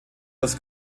das